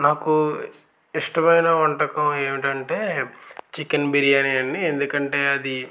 నాకు ఇష్టమైన వంటకం ఏంటంటే చికెన్ బిర్యానీ అండి ఎందుకంటే అది